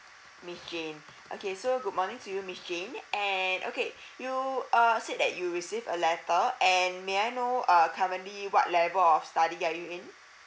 miss jane okay so good morning to you miss jane and okay you uh said that you received a letter and may I know uh currently what level of study are you in